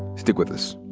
stick with us.